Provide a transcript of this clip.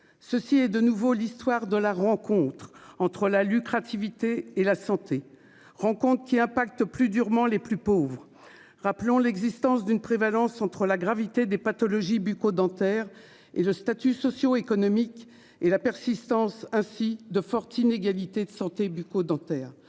ceci est de nouveau l'histoire de la rencontre entre la lucrative IT et la santé. Rencontre qui impacte plus durement les plus pauvres. Rappelons l'existence d'une prévalence entre la gravité des pathologies bucco-dentaire et le statut socio-économique et la persistance hein. Si de fortes inégalités de santé bucco-dentaire.